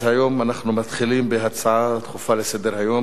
היום אנחנו מתחילים בהצעות דחופות לסדר-היום